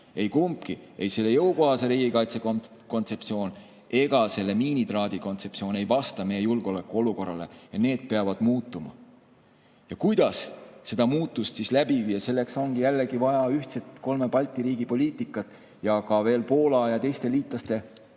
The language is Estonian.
Kumbki, ei jõukohase riigikaitse kontseptsioon ega miinitraadikontseptsioon, ei vasta meie julgeolekuolukorrale, ja need peavad muutuma. Kuidas seda muutust siis läbi viia? Selleks ongi samuti vaja ühtset kolme Balti riigi poliitikat ja ka Poola ja teiste liitlaste ehk